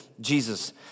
Jesus